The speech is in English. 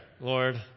Lord